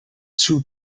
two